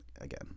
again